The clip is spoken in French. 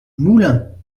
moulins